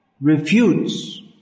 refutes